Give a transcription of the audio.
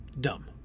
Dumb